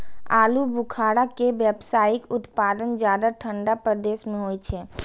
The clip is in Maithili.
आलू बुखारा के व्यावसायिक उत्पादन ज्यादा ठंढा प्रदेश मे होइ छै